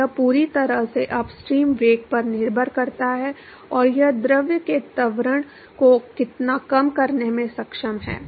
तो यह पूरी तरह से अपस्ट्रीम वेग पर निर्भर करता है और यह द्रव के त्वरण को कितना कम करने में सक्षम है